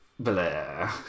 Blah